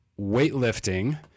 weightlifting